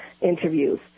interviews